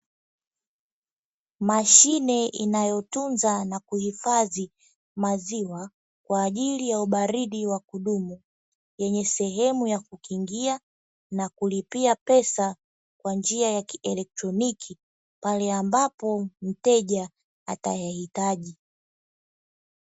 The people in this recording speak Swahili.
Mashine inayotunza na kuhifadhi maziwa kwa ajili ya ubaridi wa kudumu, yenye sehemu ya kukingia na kulipia pesa kwa njia ya kielektroniki pale ambapo mteja atayahitaji.